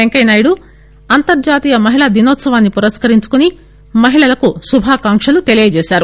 పెంకయ్యనాయుడు అంతర్జాతీయ మహిళా దినోత్పవాన్ని పురస్కరించుకుని మహిళలకు శుభాకాంక్షలు తెలియచేశారు